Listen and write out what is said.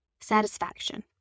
satisfaction